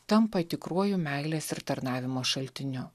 tampa tikruoju meilės ir tarnavimo šaltiniu